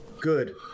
Good